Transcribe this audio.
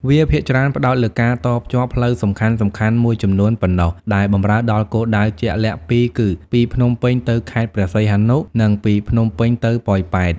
វាភាគច្រើនផ្តោតលើការតភ្ជាប់ផ្លូវសំខាន់ៗមួយចំនួនប៉ុណ្ណោះ ដែលបម្រើដល់គោលដៅជាក់លាក់ពីរគឺ ពីភ្នំពេញទៅខេត្តព្រះសីហនុ និងពីភ្នំពេញទៅប៉ោយប៉ែត។